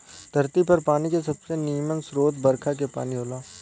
धरती पर पानी के सबसे निमन स्रोत बरखा के पानी होला